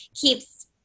keeps